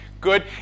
good